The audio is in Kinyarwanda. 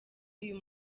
uyu